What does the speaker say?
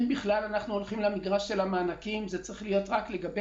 אם אנחנו בכלל הולכים למגרש של המענקים זה צריך להיות רק לגבי